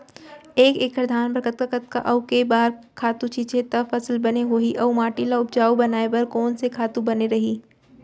एक एक्कड़ धान बर कतका कतका अऊ के बार खातू छिंचे त फसल बने होही अऊ माटी ल उपजाऊ बनाए बर कोन से खातू बने रही?